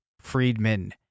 Friedman